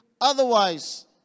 otherwise